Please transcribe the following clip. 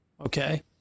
okay